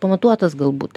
pamatuotas galbūt